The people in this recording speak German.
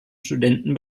studenten